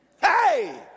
Hey